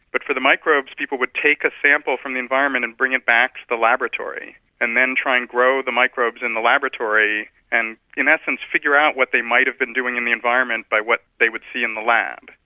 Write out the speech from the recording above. but for the microbes, people would take a sample from the environment and bring it back to the laboratory and then try and grow the microbes in the laboratory and in essence figure out what they might have been doing in the environment by what they would see in the lab.